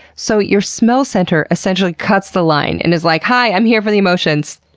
so your smell center essentially cuts the line and is like hi! i'm here for the emotions!